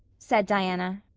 said diana.